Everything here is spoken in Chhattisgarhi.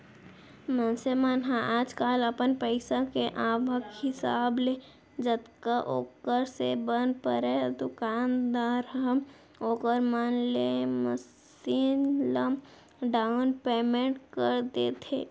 मनसे मन ह आजकल अपन पइसा के आवक हिसाब ले जतका ओखर से बन परय दुकानदार ह ओखर मन ले मसीन ल डाउन पैमेंट करके दे देथे